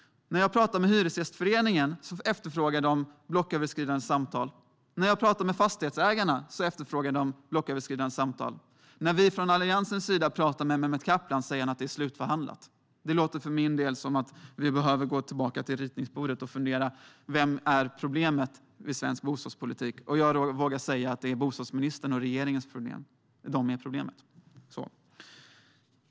När jag talar med Hyresgästföreningen efterfrågar de blocköverskridande samtal. När jag talar med Fastighetsägarna efterfrågar de blocköverskridande samtal. När vi från Alliansens sida talar med Mehmet Kaplan säger han att det är slutförhandlat. Det låter för min del som att vi behöver gå tillbaka till ritbordet och fundera på vem som är problemet i svensk bostadspolitik. Jag vågar säga att det är bostadsministern och regeringen som är problemet.